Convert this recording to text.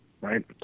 Right